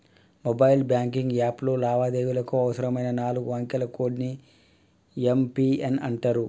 mobile banking యాప్లో లావాదేవీలకు అవసరమైన నాలుగు అంకెల కోడ్ ని యం.పి.ఎన్ అంటరు